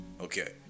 Okay